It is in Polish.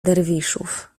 derwiszów